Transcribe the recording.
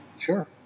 Sure